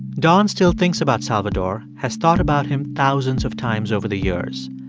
don still thinks about salvador, has thought about him thousands of times over the years.